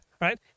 right